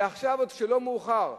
ועכשיו, כשלא מאוחר,